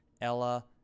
Ella